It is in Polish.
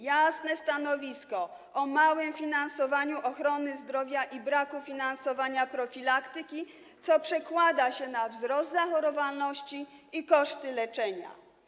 Jasne stanowisko mówiące o małym finansowaniu ochrony zdrowia i braku finansowania profilaktyki, co przekłada się na wzrost zachorowalności i kosztów leczenia.